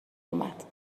اومد